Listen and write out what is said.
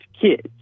kids